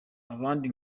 abandi